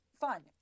fun